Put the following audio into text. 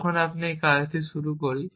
যখন আমি এই কাজটি শুরু করি